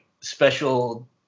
special